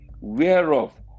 whereof